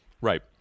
Right